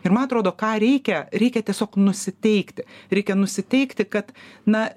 ir man atrodo ką reikia reikia tiesiog nusiteikti reikia nusiteikti kad na